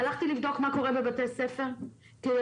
הלכתי לבדוק מה קורה בבתי ספר כיושבת-ראש